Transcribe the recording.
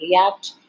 react